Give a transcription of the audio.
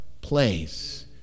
place